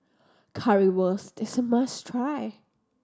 currywurst is must try